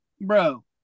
bro